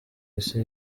isi